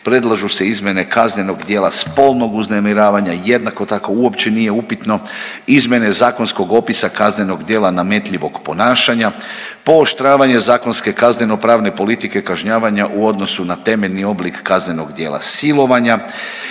predlažu se izmjene kaznenog djela spolnog uznemiravanja. Jednako tako uopće nije upitno izmjene zakonskog opisa kaznenog djela nametljivog ponašanja, pooštravanje zakonske kazneno pravne politike kažnjavanja u odnosu na temeljni oblik kaznenog djela silovanja